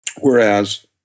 Whereas